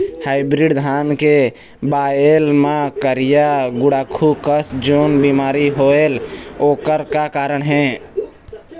Hybrid धान के बायेल मां करिया गुड़ाखू कस जोन बीमारी होएल ओकर का कारण हे?